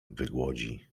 wygłodzi